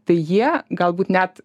tai jie galbūt net